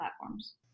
platforms